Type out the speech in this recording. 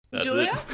Julia